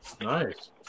Nice